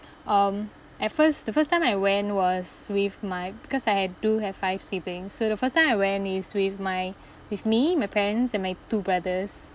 um at first the first time I went was with my because I have do have five siblings so the first I went is with my with me my parents and my two brothers